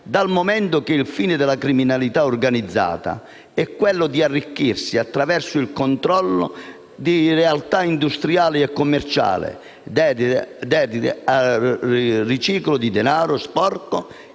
dal momento che il fine della criminalità organizzata è quello di arricchirsi attraverso il controllo di realtà industriali e commerciali dedite al riciclo di denaro sporco.